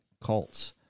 cults